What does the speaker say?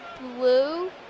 blue